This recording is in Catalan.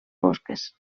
fosques